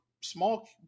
small